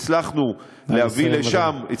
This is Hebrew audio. נא לסיים, אדוני.